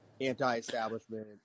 anti-establishment